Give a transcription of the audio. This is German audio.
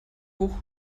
hoch